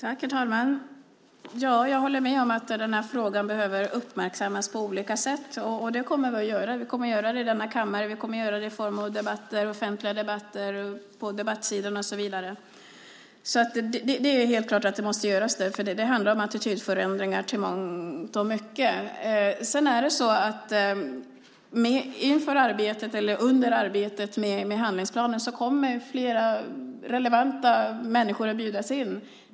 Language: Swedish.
Herr talman! Jag håller med om att frågan behöver uppmärksammas på olika sätt. Vi kommer att göra det i denna kammare, i form av offentliga debatter, på debattsidorna och så vidare. Det är helt klart att det måste göras. Det handlar i mångt och mycket om attitydförändringar. Under arbetet med handlingsplanen kommer flera relevanta människor att bjudas in.